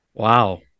Wow